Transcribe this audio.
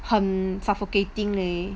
很 suffocating leh